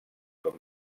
com